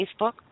Facebook